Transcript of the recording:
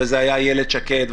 וזה היה איילת שקד,